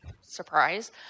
Surprise